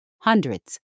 hundreds